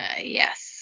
Yes